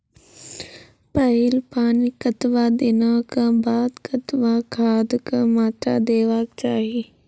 पहिल पानिक कतबा दिनऽक बाद कतबा खादक मात्रा देबाक चाही?